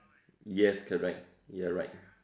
yes correct you're right